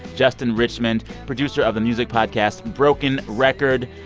justin richmond, producer of the music podcast broken record.